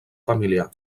familiar